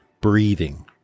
breathing